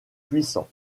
puissant